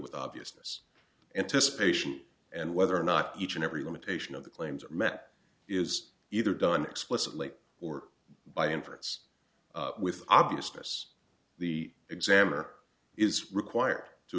with obviousness anticipation and whether or not each and every limitation of the claims met is either done explicitly or by inference with obviousness the examiner is required to